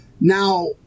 Now